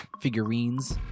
figurines